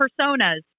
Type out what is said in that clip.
personas